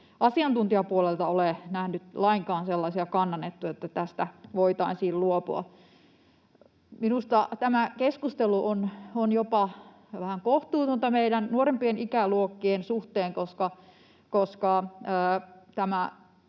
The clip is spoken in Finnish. asiantuntijapuolelta ole nähnyt lainkaan sellaisia kannanottoja, että tästä voitaisiin luopua. Minusta tämä keskustelu on jopa vähän kohtuutonta meidän nuorempien ikäluokkien suhteen, koska